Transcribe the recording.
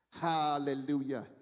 Hallelujah